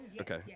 okay